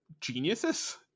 geniuses